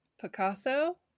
Picasso